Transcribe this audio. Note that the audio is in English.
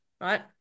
right